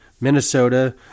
Minnesota